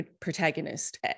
protagonist